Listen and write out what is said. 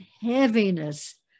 heaviness